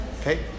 Okay